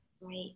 Right